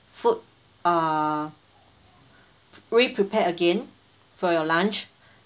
food uh re-prepared again for your lunch